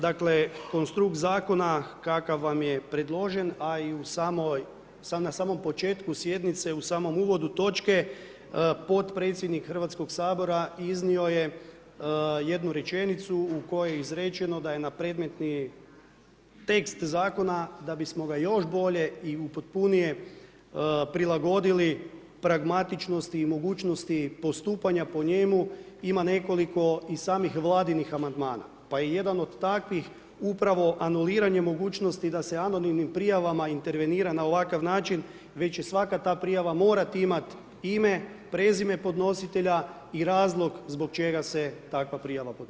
Dakle, konstrukt zakona kakav vam je predložen a i na samom početku sjednice u samom uvodu točke, potpredsjednik Hrvatskog sabora iznio je jednu rečenicu u kojoj je izrečeno da je na predmetni tekst zakona, da bismo ga još bolje i upotpunije prilagodili pragmatičnosti i mogućnosti postupanja po njemu, ima nekoliko i samih Vladinih amandmana, pa je jedan od takvih upravo anuliranje mogućnosti da se anonimnim prijavama intervenira na ovakav način već će svaka ta prijava morati imati ime, prezime podnositelja i razlog zbog čega se takva prijava podnosi.